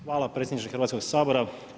Hvala predsjedniče Hrvatskog sabora.